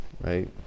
right